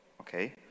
okay